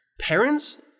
Parents